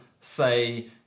say